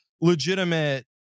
legitimate